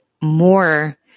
more